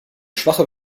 schwache